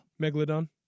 Megalodon